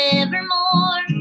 evermore